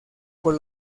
por